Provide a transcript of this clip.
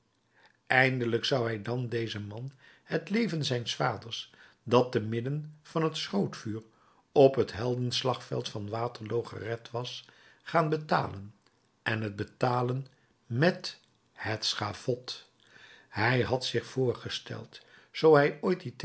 eindelijk zou hij dan dezen man het leven zijns vaders dat te midden van het schrootvuur op het heldenslagveld van waterloo gered was gaan betalen en het betalen met het schavot hij had zich voorgesteld zoo hij ooit